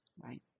right